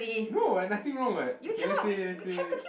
no what nothing wrong what okay let's say let's say